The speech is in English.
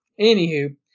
Anywho